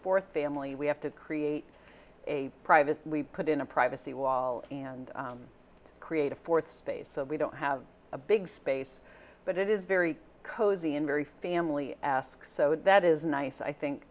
fourth family we have to create a private we put in a privacy wall and create a fourth space so we don't have a big space but it is very cozy and very family ask so that is nice i think